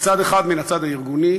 מצד אחד, מן הצד הארגוני: